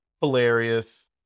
hilarious